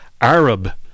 Arab